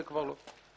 זה כבר לא.